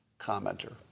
commenter